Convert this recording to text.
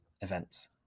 events